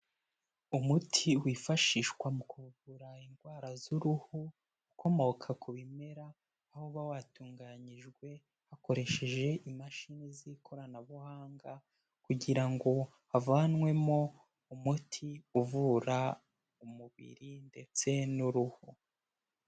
Umuti wifashishwa mu kuvura indwara z'uruhu ukomoka ku bimera, aho uba watunganyijwe hakoreshejwe imashini z'ikoranabuhanga, kugira ngo havanwemo umuti uvura umubiri ndetse n'uruhu.